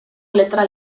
letra